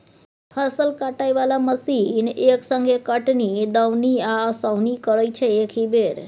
फसल काटय बला मशीन एक संगे कटनी, दौनी आ ओसौनी करय छै एकहि बेर